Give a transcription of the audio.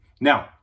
Now